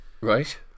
Right